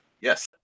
Yes